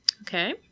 Okay